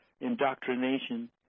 indoctrination